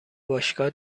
باشگاه